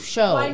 Show